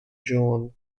joan